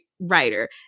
writer